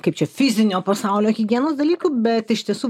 kaip čia fizinio pasaulio higienos dalykų bet iš tiesų